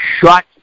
shut